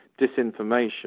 disinformation